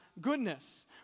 goodness